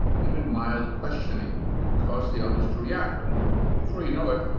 even mild questioning can cause the elders to react and before you know it,